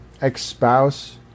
ex-spouse